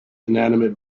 inanimate